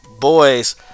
boys